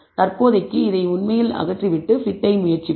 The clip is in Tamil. தற்போதைக்கு இதை உண்மையில் அகற்றிவிட்டு fit ஐ முயற்சிப்போம்